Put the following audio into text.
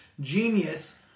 genius